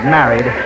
married